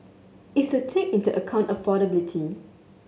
is to take into account affordability